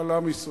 על עם ישראל.